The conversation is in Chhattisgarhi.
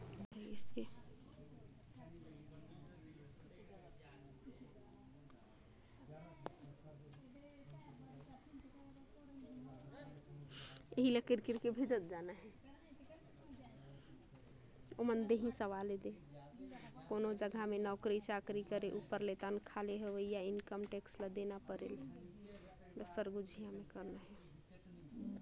कोनो जगहा में नउकरी चाकरी कर करे उपर में तनखा ले होवइया इनकम में टेक्स देना परथे